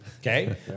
Okay